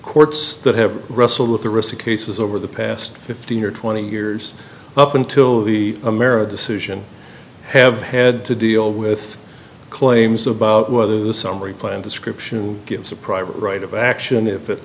courts that have wrestled with the recent cases over the past fifteen or twenty years up until the america decision have had to deal with claims about whether the summary plan description gives a private right of action if it